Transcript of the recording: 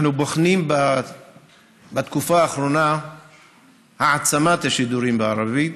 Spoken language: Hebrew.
אנחנו בוחנים בתקופה האחרונה העצמת השידורים בערבית,